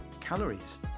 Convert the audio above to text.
calories